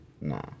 Nah